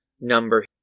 number